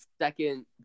second